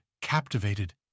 captivated